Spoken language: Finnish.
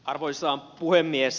arvoisa puhemies